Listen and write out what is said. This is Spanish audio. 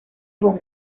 hong